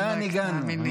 לאן הגענו?